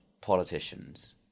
politicians